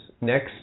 next